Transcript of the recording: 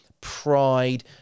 pride